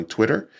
Twitter